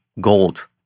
gold